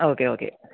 ആ okay okay